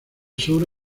sur